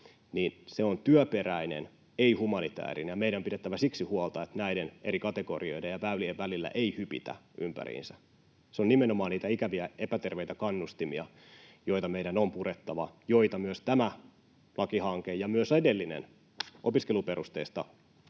siis työperäisistä, ei humanitäärisistä — meidän on pidettävä siksi huolta, että näiden eri kategorioiden ja väylien välillä ei hypitä ympäriinsä. Nimenomaan niitä ikäviä, epäterveitä kannustimia meidän on purettava, joita tämä lakihanke ja myös edellinen, opiskeluperusteista